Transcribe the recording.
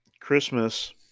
Christmas